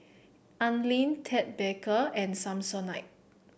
Anlene Ted Baker and Samsonite